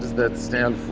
that stand for,